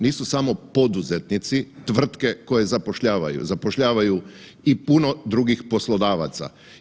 Nisu samo poduzetnici tvrtke koje zapošljavaju, zapošljavaju i puno drugih poslodavaca.